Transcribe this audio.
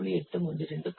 83 2